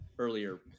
earlier